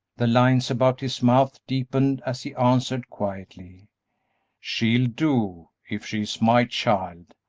the lines about his mouth deepened as he answered, quietly she'll do, if she is my child.